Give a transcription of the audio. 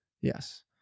Yes